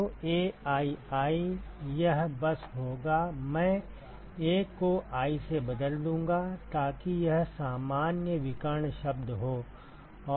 तो aii यह बस होगा मैं 1 को i से बदल दूंगा ताकि यह सामान्य विकर्ण शब्द हो